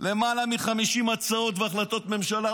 למעלה מ-50 הצעות והחלטות ממשלה.